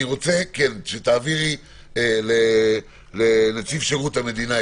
אני מבקש שתעבירי לנציב שירות המדינה,